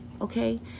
okay